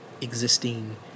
existing